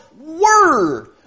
Word